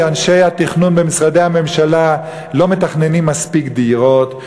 שאנשי התכנון במשרדי הממשלה לא מתכננים מספיק דירות,